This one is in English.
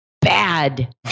bad